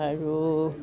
আৰু